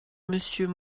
monsieur